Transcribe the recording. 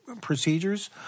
procedures